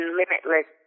limitless